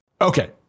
Okay